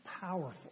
powerful